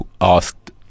asked